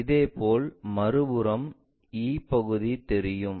இதேபோல் மறுபுறம் e பகுதி தெரியும்